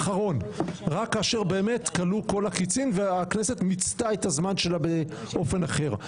רק כאשר באמת כלו כל הקיצין והכנסת מיצתה את הזמן שלה באופן אחר.